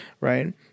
right